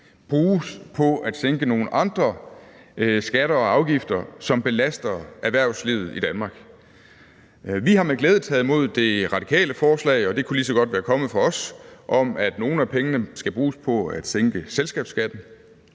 bruges på at sænke nogle andre skatter og afgifter, som belaster erhvervslivet i Danmark. Vi har med glæde taget imod det radikale forslag, og det kunne lige så godt være kommet fra os, om, at nogle af pengene skal bruges på at sænke selskabsskatten.